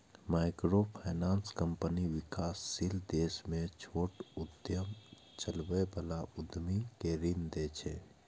microfinance company विकासशील देश मे छोट उद्यम चलबै बला उद्यमी कें ऋण दै छै